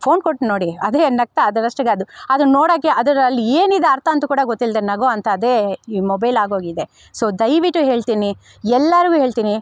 phone ಕೊಟ್ಟು ನೋಡಿ ಅದೇ ನಗ್ತಾ ಅದ್ರಷ್ಟಕ್ಕೆ ಅದು ಅದನ್ನ ನೋಡೋಕ್ಕೆ ಅದ್ರಲ್ಲಿ ಏನಿದೆ ಅರ್ಥ ಅಂತ ಕೂಡ ಗೊತ್ತಿಲ್ಲದೇ ನಗೋ ಅಂಥದ್ದೇ ಈ ಮೊಬೈಲ್ ಆಗೋಗಿದೆ ಸೊ ದಯವಿಟ್ಟು ಹೇಳ್ತೀನಿ ಎಲ್ಲರಿಗೂ ಹೇಳ್ತೀನಿ